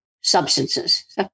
substances